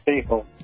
people